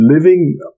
living